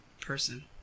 person